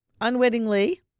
unwittingly